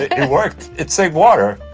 it worked. it saved water,